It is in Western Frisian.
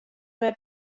wer